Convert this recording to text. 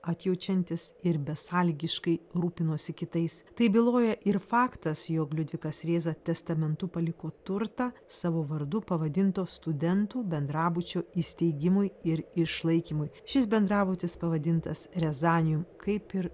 atjaučiantis ir besąlygiškai rūpinosi kitais tai byloja ir faktas jog liudvikas rėza testamentu paliko turtą savo vardu pavadinto studentų bendrabučio įsteigimui ir išlaikymui šis bendrabutis pavadintas rezanijum kaip ir